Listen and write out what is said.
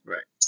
Right